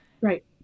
Right